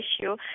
issue